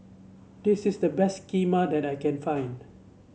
this is the best Kheema that I can find